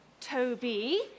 Toby